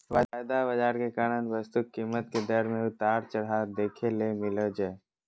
वायदा बाजार के कारण वस्तु कीमत के दर मे उतार चढ़ाव देखे ले मिलो जय